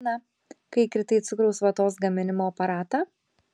na kai įkritai į cukraus vatos gaminimo aparatą